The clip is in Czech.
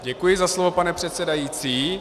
Děkuji za slovo, pane předsedající.